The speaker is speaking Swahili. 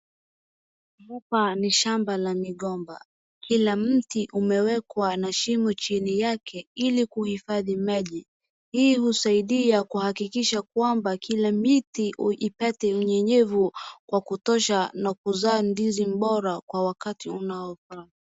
Hapa ni shamba la migomba. Kila mti umewekwa na shimo chini yake ili kuhifadhi maji. Hii husaidia kuhakikisha kwamba kila miti ipate unyenyevu kwa kutosha na kuzaa ndizi mbora kwa wakati unaofaa.